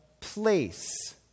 place